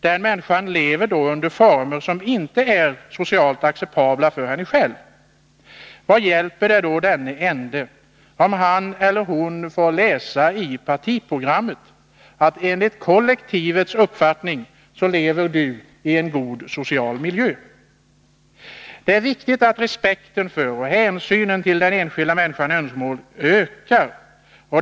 Den människan lever då under former som inte är socialt acceptabla för henne själv. Vad hjälper det då denne ende, om han eller hon får läsa i partiprogrammet att han eller hon enligt kollektivets uppfattning lever i en god social miljö? Det är viktigt att respekten för och hänsynen till den enskilda människans önskemål ökar.